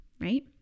right